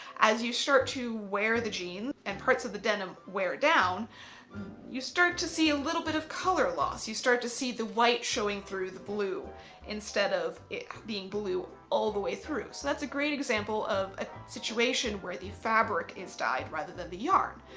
as you start to wear the jeans and parts of the denim wear down you start to see a little bit of color loss, you start to see the white showing through the blue instead of it being blue all the way through. so that's a great example of a situation where the fabric is dyed rather than the yarn.